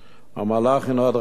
המהלך הינו הדרגתי,